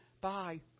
Bye